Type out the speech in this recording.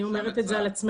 אני אומרת את זה על עצמנו,